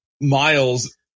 Miles